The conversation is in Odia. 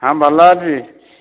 ହଁ ଭଲ ଅଛି